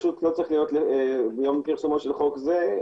צריך להיות "מיום פרסומו של חוק זה",